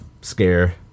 scare